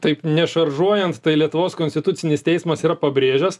taip nešaržuojant tai lietuvos konstitucinis teismas yra pabrėžęs